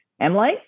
Emily